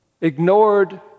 ignored